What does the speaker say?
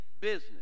business